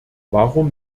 warum